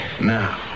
Now